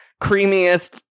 creamiest